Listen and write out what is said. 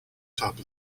top